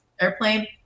airplane